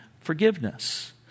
forgiveness